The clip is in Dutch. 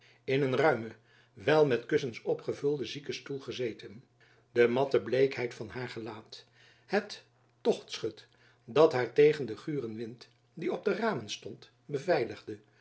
in een ruimen wel met kussens opgevulden ziekestoel gezeten de matte bleekheid van haar gelaat het tochtschut dat haar tegen den guren wind die op de ramen stond beveiligde